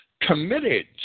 committed